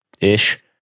ish